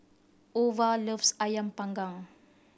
Ova loves Ayam Panggang